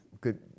good